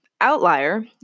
outlier